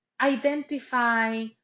identify